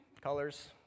colors